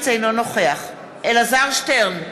אינו נוכח אלעזר שטרן,